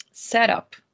setup